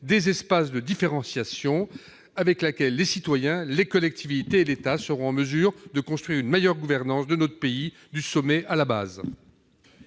des espaces de différenciation par lesquels les citoyens, les collectivités et l'État seront en mesure de construire une meilleure gouvernance de notre pays, du sommet à la base